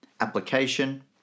Application